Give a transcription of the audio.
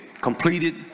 completed